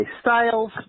Styles